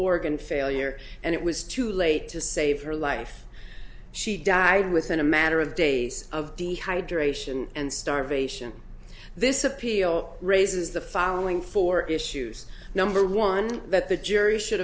organ failure and it was too late to save her life she died within a matter of days of dehydration and starvation this appeal raises the following four issues number one that the jury should